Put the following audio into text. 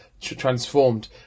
transformed